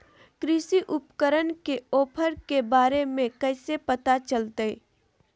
कृषि उपकरण के ऑफर के बारे में कैसे पता चलतय?